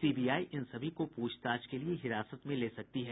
CBI इन सभी को पूछताछ के लिए हिरासत में ले सकती है